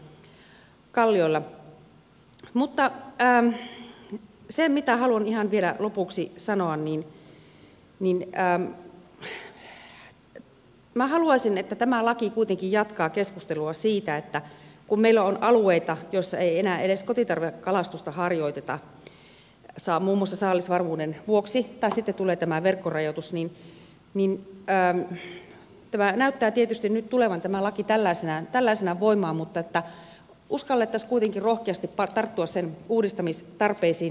mutta se mitä haluan ihan vielä lopuksi sanoa on että minä haluaisin että tämä laki kuitenkin jatkaa keskustelua kun meillä on alueita joissa ei enää edes kotitarvekalastusta harjoiteta muun muassa saalisvarmuuden vuoksi tai sitten tulee tämä verkkorajoitus ja vaikka tämä laki näyttää tietysti nyt tulevan tällaisenaan voimaan uskallettaisiin kuitenkin rohkeasti tarttua sen uudistamistarpeisiin